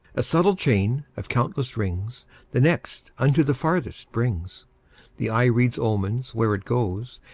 a subtle chain of countless rings the next unto the farthest brings the eye reads omens where it goes,